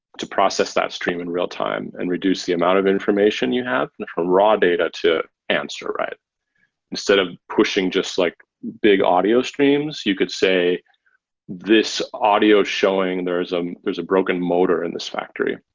to process that stream in real-time and reduce the amount of information you have from raw data to answer. instead of pushing just like big audio streams, you could say this audio showing there's um there's a broken motor in this factory,